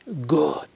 good